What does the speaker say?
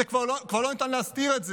כבר לא ניתן להסתיר את זה.